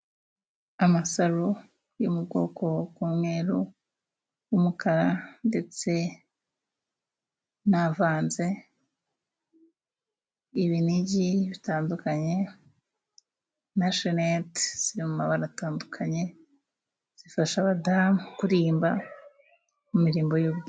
Amasaro yo mu bwoko bw'umweru, umukara ndetse navanze. Ibinigi bitandukanye, na shenete ziri mu mabara atandukanye, zifasha abadamu kurimba mu mirimbo y'ubukwe.